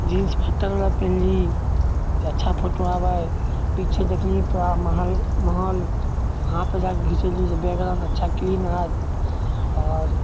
jeans फट्टलवला पेन्हली जे अच्छा फोटो आबै पिछे देखली पूरा महल माहौल वहाँपर जाके घिचैली जे बैकग्राउण्ड अच्छा क्लीन हैत आओर